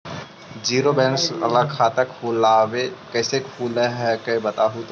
Zero balance वाला खतवा कैसे खुलो हकाई बताहो तो?